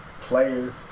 player